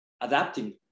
adapting